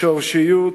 שורשיות,